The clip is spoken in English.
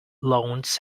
loans